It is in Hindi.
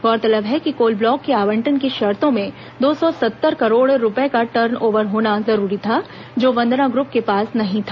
गौरतलब है कि कोल ब्लाक के आवंटन की शर्तों में दो सौ सत्तर करोड़ रूपये का टर्न ओवर होना जरूरी था जो वंदना ग्रुप के पास नहीं था